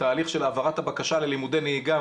תהליך של העברת הבקשה ללימודי נהיגה,